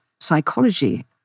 Psychology